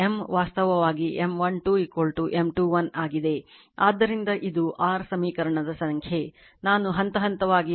ಆದ್ದರಿಂದ ಇದು r ಸಮೀಕರಣದ ಸಂಖ್ಯೆ ನಾನು ಹಂತ ಹಂತವಾಗಿ ಅರ್ಥವಾಗುವಂತೆ ಮಾಡಿಲ್ಲ